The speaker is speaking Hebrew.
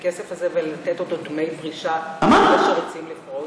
הזה ולתת אותו דמי פרישה לאנשים שרוצים לפרוש?